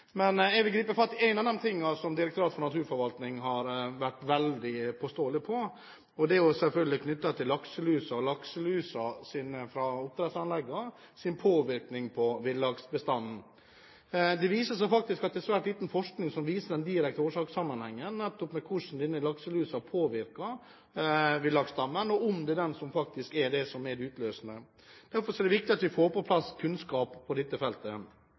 Jeg vil gripe fatt i en av de tingene som Direktoratet for naturforvaltning har vært veldig påståelige på. Det er selvfølgelig knyttet til påvirkningen lakselus fra oppdrettsanleggene har på villaksbestanden. Det viser seg at det er svært lite forskning som viser den direkte årsakssammenhengen nettopp for hvordan lakselus påvirker villaksstammen, og om det faktisk er den som er det utløsende. Derfor er det viktig at vi får på plass kunnskap på dette feltet.